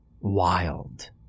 wild